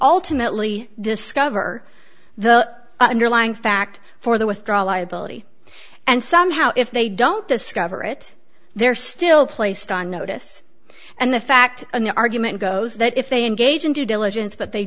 ultimately discover the underlying fact for the withdrawal liability and somehow if they don't discover it they're still placed on notice and the fact an argument goes that if they engage in due diligence but they